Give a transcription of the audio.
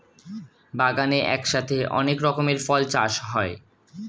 বাগানে একসাথে অনেক রকমের ফল চাষ হয়